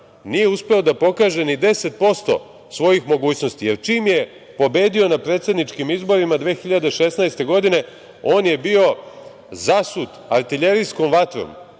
nije uspeo da pokaže ni 10% svojih mogućnosti, jer čim je pobedio na predsedničkim izborima 2016. godine, on je bio zasut artiljerijskom vatrom